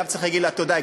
גם צריך להגיד לה תודה,